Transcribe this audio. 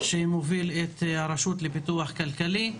שמוביל את הרשות לפיתוח כלכלי,